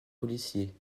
policier